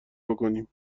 بکنم